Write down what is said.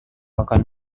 akan